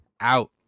out